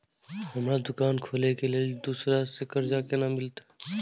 हमरा दुकान खोले के लेल दूसरा से कर्जा केना मिलते?